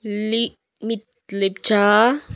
लिमित Lepcha